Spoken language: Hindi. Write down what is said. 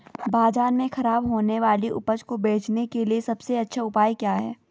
बाजार में खराब होने वाली उपज को बेचने के लिए सबसे अच्छा उपाय क्या हैं?